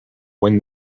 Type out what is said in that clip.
when